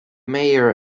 mayor